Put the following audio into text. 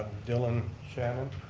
dillon shannon,